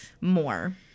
more